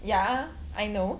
ya I know